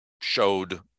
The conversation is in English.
showed